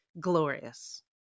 glorious